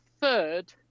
third